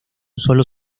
sólo